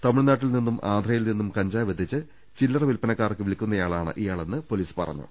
തമിഴ്നാട്ടിൽ നിന്നും ആന്ധ്രയിൽ നിന്നും കഞ്ചാവെത്തിച്ച് ചില്ലറ വിൽപ്പനക്കാർക്ക് വിൽക്കുന്നയാളാണ് ഇയാ ളെന്ന് പൊലീസ് പറഞ്ഞു